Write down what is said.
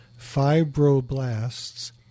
fibroblasts